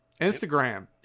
Instagram